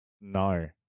no